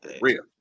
real